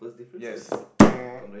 yes